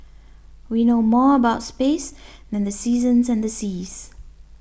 we know more about space than the seasons and the seas